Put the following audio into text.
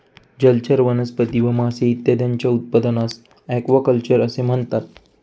जलचर वनस्पती व मासे इत्यादींच्या उत्पादनास ॲक्वाकल्चर असे म्हणतात